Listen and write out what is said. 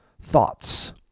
thoughts